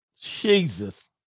Jesus